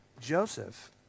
Joseph